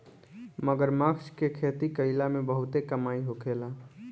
मगरमच्छ के खेती कईला में बहुते कमाई होखेला